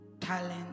Talent